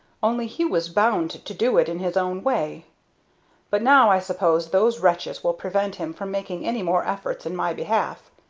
only he was bound to do it in his own way but now i suppose those wretches will prevent him from making any more efforts in my behalf.